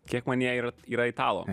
kiek manyje yra yra italo